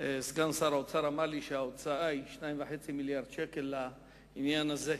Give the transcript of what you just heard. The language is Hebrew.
סגן שר האוצר שההוצאה על העניין הזה,